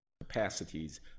capacities